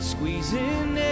Squeezing